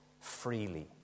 freely